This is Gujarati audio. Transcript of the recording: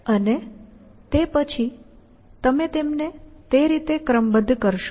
અને તે પછી તમે તેમને તે રીતે ક્રમબદ્ધ કરશો